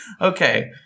okay